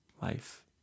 life